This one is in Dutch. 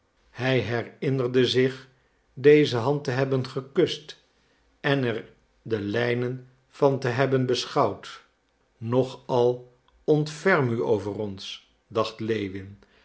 hij herinnerde zich deze hand te hebben gekust en er de lijnen van te hebben beschouwd nog al ontferm u over ons dacht lewin